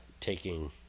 taking